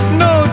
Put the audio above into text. no